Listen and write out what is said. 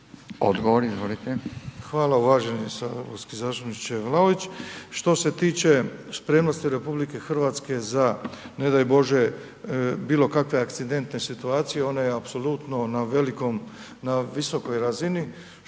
Ivo** Hvala uvaženi saborski zastupniče Vlaović. Što se tiče spremnosti Republike Hrvatske za ne daj Bože bilo kakve akcidentne situacije, ona je apsolutno na velikom, na visokoj razini